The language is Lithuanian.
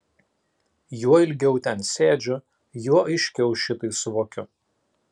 juo ilgiau ten sėdžiu juo aiškiau šitai suvokiu